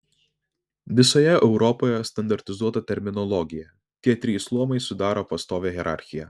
visoje europoje standartizuota terminologija tie trys luomai sudaro pastovią hierarchiją